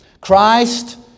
Christ